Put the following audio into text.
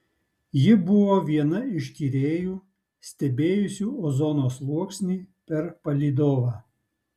ji buvo viena iš tyrėjų stebėjusių ozono sluoksnį per palydovą